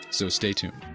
so, stay tuned.